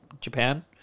Japan